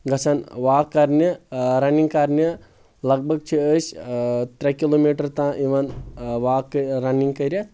گژھان واک کرنہِ رننِگ کرنہِ لگ بگ چھِ أسۍ ترٛےٚ کِلو میٹر تام یِوان واک رننِگ کٔرِتھ